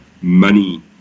Money